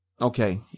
Okay